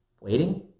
waiting